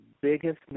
biggest